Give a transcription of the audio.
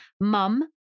mum